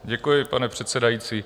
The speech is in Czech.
Děkuji, pane předsedající.